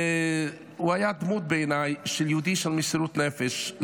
והוא היה דמות, בעיניי, של יהודי של מסירות נפש.